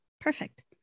perfect